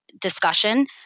discussion